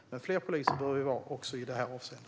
Men fler poliser bör det vara också i det avseendet.